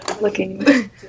looking